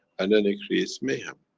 and then it creates mayhem.